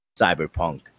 Cyberpunk